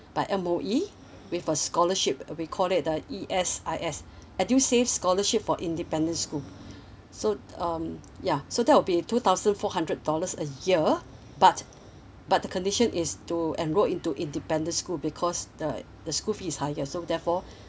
by M_O_E with a scholarship uh we call it uh E_S_I_S edusave scholarship for independent school so um ya so that will be two thousand four hundred dollars a year but but the condition is to enroll into independence school because the the school fees is higher so therefore